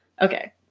Okay